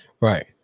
Right